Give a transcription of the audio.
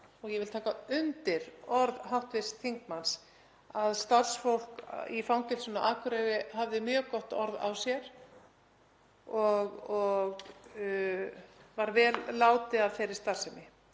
fram og taka undir orð hv. þingmanns að starfsfólk í fangelsinu á Akureyri hafði mjög gott orð á sér og var vel látið af þeirri starfsemi.